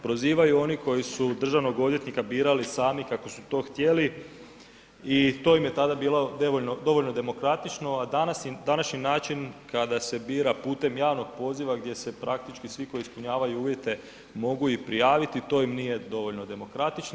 Prozivaju oni koji su državnog odvjetnika birali sami kako su to htjeli i to im je tada bilo dovoljno demokratično, a današnji način, kada se bira putem javnog poziva, gdje se praktički svi koji ispunjavaju uvjete mogu i prijaviti, to im nije dovoljno demokratično.